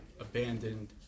abandoned